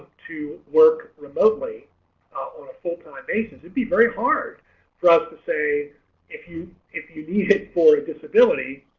to work remotely on a full-time basis it'd be very hard for us to say if you if you need it for a disability